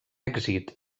èxit